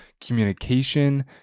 communication